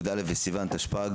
י"א בסיון התשפ"ג,